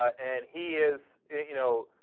and he is it you know